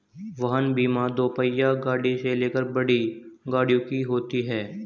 वाहन बीमा दोपहिया गाड़ी से लेकर बड़ी गाड़ियों की होती है